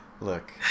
Look